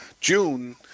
June